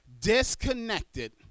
disconnected